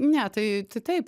ne tai tai taip